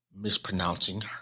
mispronouncing